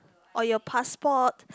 or your passport